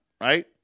right